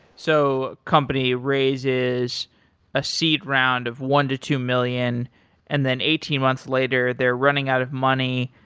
so company raises a seed round of one to two million and then eighteen months later they're running out of money.